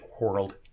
World